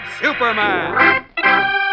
Superman